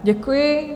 Děkuji.